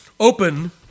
open